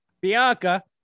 Bianca